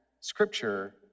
scripture